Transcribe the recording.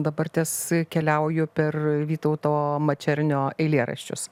dabartės keliauju per vytauto mačernio eilėraščius